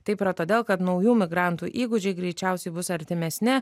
taip yra todėl kad naujų migrantų įgūdžiai greičiausiai bus artimesni